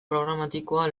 programatikoa